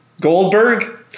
Goldberg